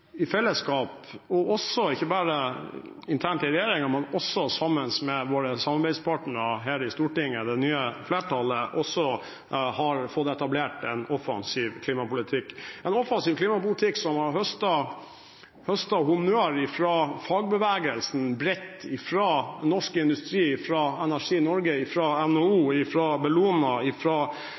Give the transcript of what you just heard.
i fellesskap – ikke bare internt i regjeringen, men også sammen med våre samarbeidspartnere her i Stortinget, det nye flertallet – har fått etablert en offensiv klimapolitikk. Dette er en offensiv klimapolitikk som bredt har høstet honnør fra fagbevegelsen, Norsk Industri, Energi Norge, NHO, Bellona